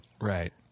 Right